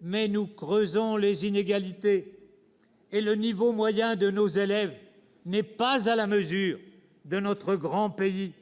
mais nous creusons les inégalités. Et le niveau moyen de nos élèves n'est pas à la mesure de notre grand pays.